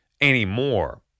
anymore